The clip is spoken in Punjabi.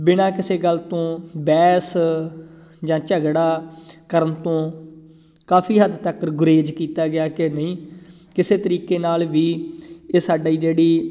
ਬਿਨਾਂ ਕਿਸੇ ਗੱਲ ਤੋਂ ਬਹਿਸ ਜਾਂ ਝਗੜਾ ਕਰਨ ਤੋਂ ਕਾਫੀ ਹੱਦ ਤੱਕਰ ਗੁਰੇਜ਼ ਕੀਤਾ ਗਿਆ ਕਿ ਨਹੀਂ ਕਿਸੇ ਤਰੀਕੇ ਨਾਲ ਵੀ ਇਹ ਸਾਡੇ ਜਿਹੜੀ